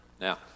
Now